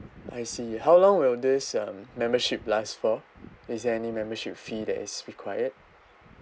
I see how long will this um membership last for is there any membership fee that is required